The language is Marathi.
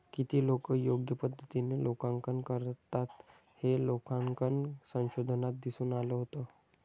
किती लोकं योग्य पद्धतीने लेखांकन करतात, हे लेखांकन संशोधनात दिसून आलं होतं